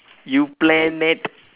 you planet